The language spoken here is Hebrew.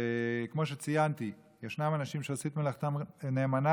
וכמו שציינתי, ישנם אנשים שעושים את מלאכתם נאמנה,